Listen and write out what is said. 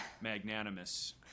magnanimous